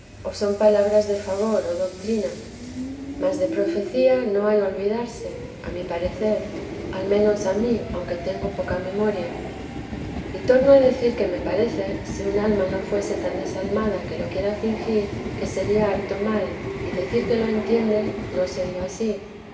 o son palabras de favor o doctrina mas de profecía no hay olvidarse a mi parecer al menos a mí aunque tengo poca memoria y torno a decir que me parece si un alma no fuese tan desalmada que lo quiera fingir que sería harto mal y decir que lo entiende no siendo ansí